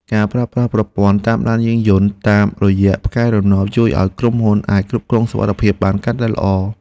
ការប្រើប្រាស់ប្រព័ន្ធតាមដានយានយន្តតាមរយៈផ្កាយរណបជួយឱ្យក្រុមហ៊ុនអាចគ្រប់គ្រងសុវត្ថិភាពបានកាន់តែល្អ។